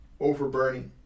overburning